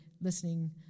listening